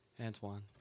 Antoine